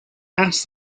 asked